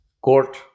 court